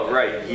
right